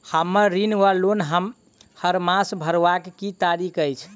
हम्मर ऋण वा लोन हरमास भरवाक की तारीख अछि?